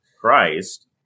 Christ